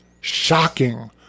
shocking